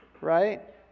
right